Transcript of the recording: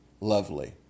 Lovely